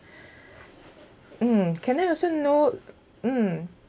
mm can I also know mm